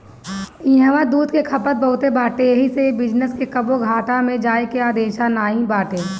इहवा दूध के खपत बहुते बाटे एही से ए बिजनेस के कबो घाटा में जाए के अंदेशा नाई बाटे